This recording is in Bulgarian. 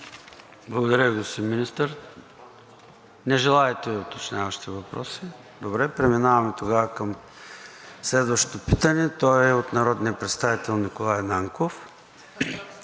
Благодаря Ви, господин Министър. Не желаете уточняващи въпроси? Добре. Преминаваме тогава към следващото питане. То е от народния представител Николай Нанков